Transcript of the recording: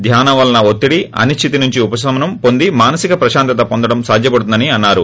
ధ్యానం వలన ఒత్తిడి అనిశ్పితి నుంచి ఉపసమనం పొంది మానసిక ప్రశాంతత పొందడం సాధ్యపడుతుందని అన్నారు